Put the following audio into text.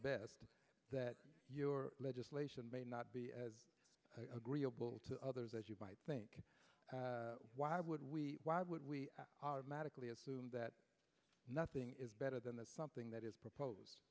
best that your legislation may not be agreeable to others as you might think why would we why would we magically assume that nothing is better than that something that is propose